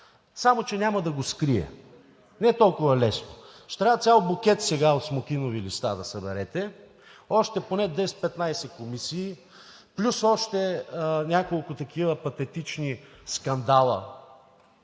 само че няма да го скрие. Не е толкова лесно! Ще трябва цял букет сега от смокинови листа да съберете, още поне 10 – 15 комисии, плюс още няколко такива патетични скандала,